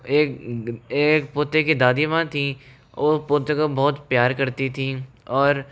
एक एक पोते की दादी माँ थीं और पोते को बहुत प्यार करती थीं और